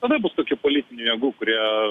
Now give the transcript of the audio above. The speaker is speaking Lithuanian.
visada bus tokių politinių jėgų kurie